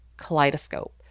kaleidoscope